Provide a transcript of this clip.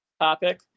topic